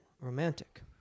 Romantic